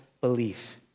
belief